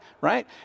right